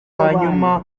hanyuma